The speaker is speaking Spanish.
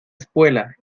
espuela